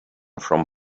from